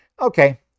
Okay